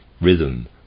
rhythm